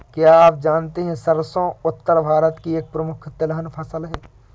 क्या आप जानते है सरसों उत्तर भारत की एक प्रमुख तिलहन फसल है?